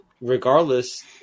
Regardless